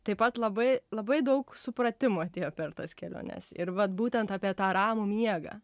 taip pat labai labai daug supratimo atėjo per tas keliones ir vat būtent apie tą ramų miegą